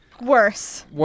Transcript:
Worse